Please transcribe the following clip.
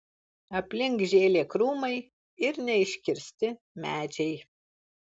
aplink žėlė krūmai ir neiškirsti medžiai